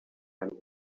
man